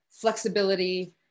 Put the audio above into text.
flexibility